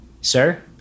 Sir